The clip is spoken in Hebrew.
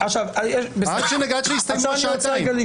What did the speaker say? עד שיסתיימו השעתיים.